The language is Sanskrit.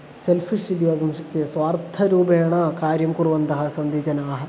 सेल्फिश् इति वक्तुं शक्यते स्वार्थरूपेण कार्यं कुर्वन्तः सन्ति जनाः